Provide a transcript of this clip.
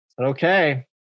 Okay